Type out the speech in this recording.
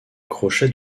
crochet